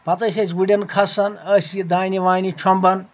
پتہٕ ٲسۍ أسۍ گُرٮ۪ن کھسان ٲسۍ یہِ دانہِ وانہِ چھۄمبان